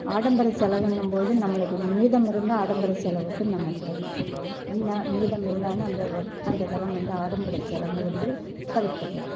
ஆடம்பர செலவுங்கும்போது நம்மளுக்கு மீதம் இருந்தால் ஆடம்பர செலவுக்கு நம்ம போகலாம் இல்லை மீதம் இல்லைனா அந்த அந்த தரம் வந்து ஆடம்பரச் செலவை வந்து தவிர்த்திடலாம்